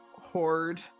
Horde